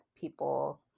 people